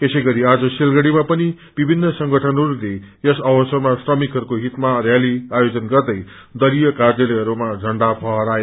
यसैगरि आज सिलगङ्गीमा पनि विभिन्न संगठनहरूले यस अवसरमा श्रमिकहरूको हितमा रैली आयोजन गर्दै दलीय कार्यालयहरूमा मण्डा फहराए